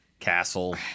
Castle